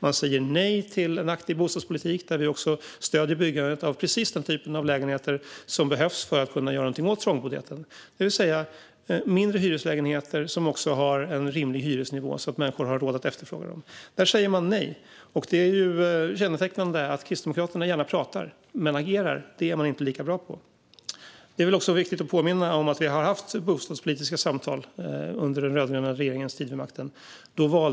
De säger nej till en aktiv bostadspolitik, där vi också stöder byggandet av precis den typ av lägenheter som behövs för att kunna göra något åt trångboddheten, det vill säga mindre hyreslägenheter med en rimlig hyresnivå så att människor har råd att efterfråga dem. Där säger de nej. Det är kännetecknande för Kristdemokraterna att de gärna pratar - men att agera är de inte lika bra på. Låt mig också påminna om att vi har haft bostadspolitiska samtal under den rödgröna regeringens tid vid makten.